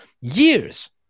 years